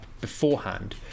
beforehand